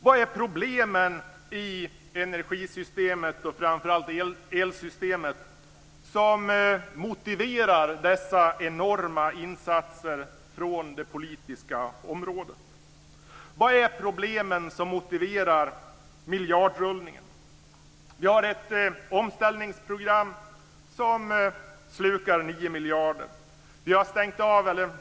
Vilka är problemen i energisystemet och framför allt elsystemet som motiverar dessa enorma insatser från det politiska området? Vilka är problemen som motiverar miljardrullningen? Vi har ett omställningsprogram som slukar 9 miljarder.